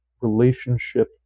relationship